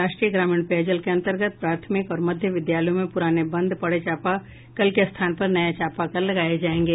राष्ट्रीय ग्रामीण पेयजल के अंतर्गत प्राथमिक और मध्य विद्यालयों में पुराने बंद पड़े चापाकल के स्थान पर नये चापाकल लगाये जायेंगे